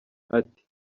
ati